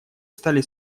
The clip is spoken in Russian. стали